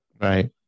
Right